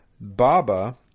Baba